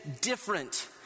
different